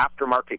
aftermarket